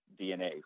DNA